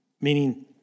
meaning